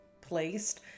placed